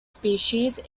species